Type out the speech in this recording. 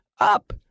up